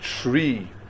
tree